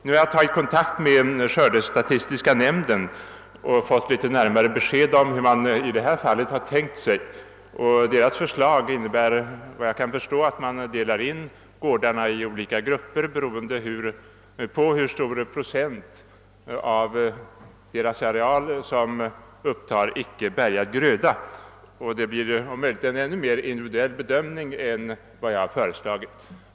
Nu har jag tagit kontakt med skördestatistiska nämnden och fått litet närmare besked om hur man i detta fall har tänkt göra. Nämndens förslag innebär efter vad jag kan förstå att man delar in gårdarna i olika grupper, beroende på hur stor procent av deras areal som upptar icke bärgad gröda. Det blir om möjligt en ännu mer individuell bedömning än vad jag hade föreslagit.